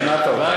שכנעת אותו.